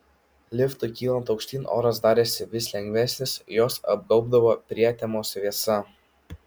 liftui kylant aukštyn oras darėsi vis lengvesnis juos apgaubdavo prietemos vėsa